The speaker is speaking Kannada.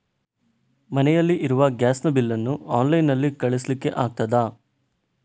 ಮನೆಯಲ್ಲಿ ಇರುವ ಗ್ಯಾಸ್ ನ ಬಿಲ್ ನ್ನು ಆನ್ಲೈನ್ ನಲ್ಲಿ ಕಳಿಸ್ಲಿಕ್ಕೆ ಆಗ್ತದಾ?